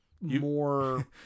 more